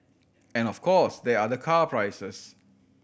and of course there are the car prices